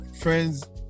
friends